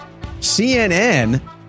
CNN